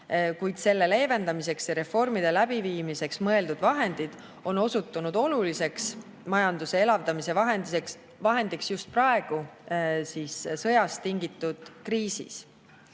kuid selle leevendamiseks ja reformide läbiviimiseks mõeldud vahendid on osutunud oluliseks majanduse elavdamise vahendiks just praegu, sõjast tingitud kriisis.